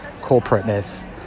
corporateness